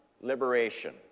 liberation